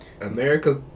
America